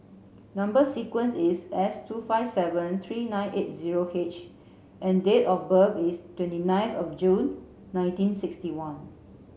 number sequence is S two five seven three nine eight zero H and date of birth is twenty ninth of June nineteen sixty one